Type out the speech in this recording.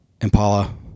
Impala